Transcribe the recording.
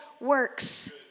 works